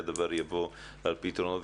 שהדבר יבוא על פתרונו.